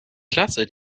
klasse